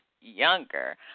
younger